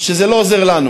שזה לא עוזר לנו.